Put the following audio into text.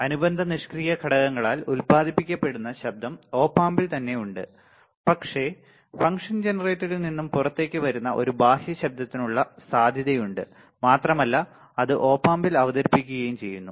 അനുബന്ധ നിഷ്ക്രിയ ഘടകങ്ങളാൽ ഉൽപാദിപ്പിക്കപ്പെടുന്ന ശബ്ദം ഓപ് ആമ്പിൽ തന്നെ ഉണ്ട് പക്ഷേ ഫംഗ്ഷൻ ജനറേറ്ററിൽ നിന്നും പുറത്തേക്ക് വരുന്ന ഒരു ബാഹ്യ ശബ്ദത്തിനുള്ള സാധ്യതയുണ്ട് മാത്രമല്ല അത് ഒപ് ആമ്പിൽ അവതരിപ്പിക്കുകയും ചെയ്യുന്നു